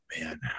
man